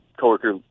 coworker